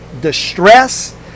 distress